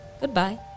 Goodbye